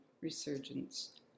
resurgence